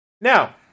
Now